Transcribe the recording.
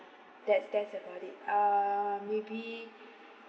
that's that's about it um maybe